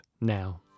now